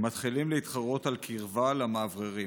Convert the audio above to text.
הם מתחילים להתחרות על קרבה למאווררים.